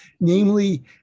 namely